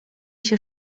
się